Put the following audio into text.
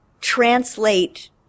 translate